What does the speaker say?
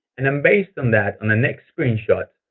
and then based on that, in the next screen shot,